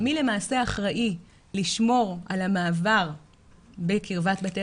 מי למעשה אחראי לשמור על המעבר בקרבת בתי